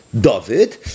David